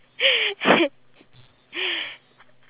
mac and cheese okay